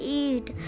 eat